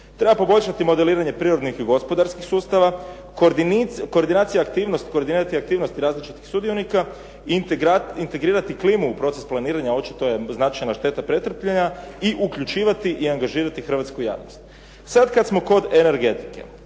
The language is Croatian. Treba poboljšati modeliranje prirodnih i gospodarskih sustava, koordinacija aktivnosti različitih sudionika, integrirati klimu u proces planiranja, očito je značajna šteta pretrpljena i uključivati i angažirati hrvatsku javnost. Sad kad smo kod energetike